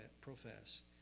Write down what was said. profess